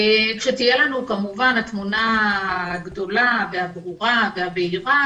כשתהיה לנו כמובן התמונה הגדולה והברורה והבהירה